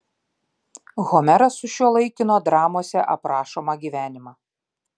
homeras sušiuolaikino dramose aprašomą gyvenimą